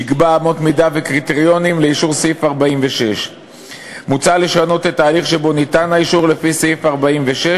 יקבע אמות מידה וקריטריונים לאישור לפי סעיף 46. מוצע לשנות את ההליך שבו ניתן האישור לפי סעיף 46,